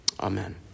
Amen